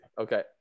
okay